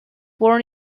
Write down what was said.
born